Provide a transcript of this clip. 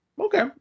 okay